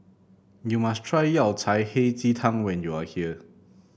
you must try Yao Cai Hei Ji Tang when you are here